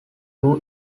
two